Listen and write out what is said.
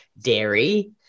dairy